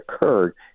occurred